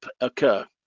occur